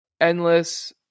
endless